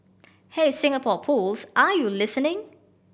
hey Singapore Pools are you listening